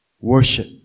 Worship